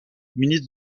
ministre